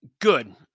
Good